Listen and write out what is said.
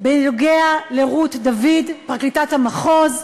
בנוגע לרות דוד, פרקליטת המחוז,